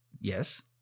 Yes